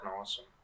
awesome